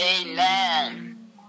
Amen